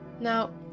Now